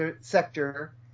sector